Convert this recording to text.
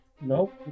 Nope